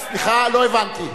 סליחה, לא הבנתי.